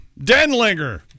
Denlinger